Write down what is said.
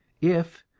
if,